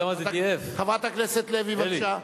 חברת הכנסת לוי, בבקשה.